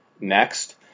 next